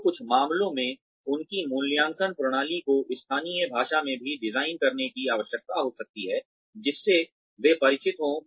तो कुछ मामलों में उनकी मूल्यांकन प्रणाली को स्थानीय भाषा में भी डिजाइन करने की आवश्यकता हो सकती है जिससे वे परिचित हों